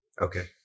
Okay